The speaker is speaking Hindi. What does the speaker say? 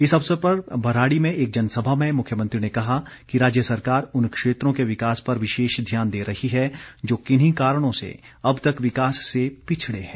इस अवसर पर भराड़ी में एक जनसभा में मुख्यमंत्री ने कहा कि राज्य सरकार उन क्षेत्रों के विकास पर विशेष ध्यान दे रही हैं जो किन्हीं कारणों से अब तक विकास से पिछड़े हैं